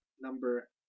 number